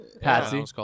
Patsy